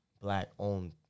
black-owned